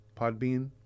Podbean